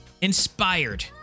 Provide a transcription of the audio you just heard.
inspired